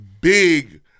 big